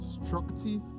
destructive